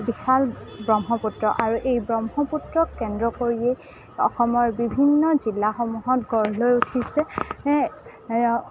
বিশাল ব্ৰহ্মপুত্ৰ আৰু এই ব্ৰহ্মপুত্ৰক কেন্দ্ৰ কৰিয়েই অসমৰ বিভিন্ন জিলাসমূহত গঢ় লৈ উঠিছে